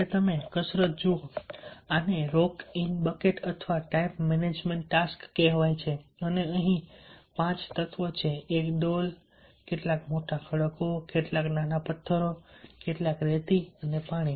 છેલ્લે તમે કસરત જુઓ આને રોક ઇન બકેટ અથવા ટાઇમ મેનેજમેન્ટ ટાસ્ક કહેવાય છે અને અહીં પાંચ તત્વો છે એક ડોલ કેટલાક મોટા ખડકો કેટલાક નાના પથ્થરો કેટલાક રેતી અને પાણી